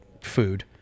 food